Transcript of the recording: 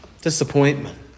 Disappointment